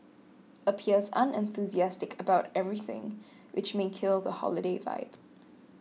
appears unenthusiastic about everything which may kill the holiday vibe